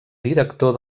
director